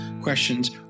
questions